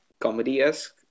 comedy-esque